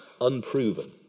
unproven